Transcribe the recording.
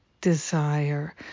desire